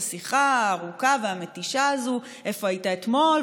השיחה הארוכה והמתישה הזאת: איפה היית אתמול,